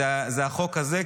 זה החוק הזה.